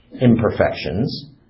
imperfections